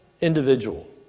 individual